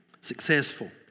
Successful